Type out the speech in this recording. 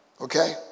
Okay